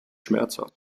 schmerzhaft